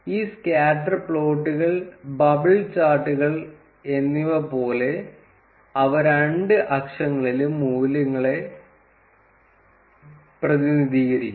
ഈ സ്കാറ്റർ പ്ലോട്ടുകൾ ബബിൾ ചാർട്ടുകൾ എന്നിവ പോലെ അവ രണ്ട് അക്ഷങ്ങളിലും മൂല്യങ്ങളെ പ്രതിനിധീകരിക്കുന്നു